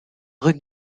rue